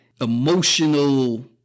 emotional